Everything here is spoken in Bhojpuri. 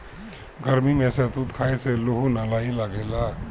गरमी में शहतूत खाए से लूह नाइ लागेला